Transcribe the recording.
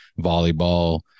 volleyball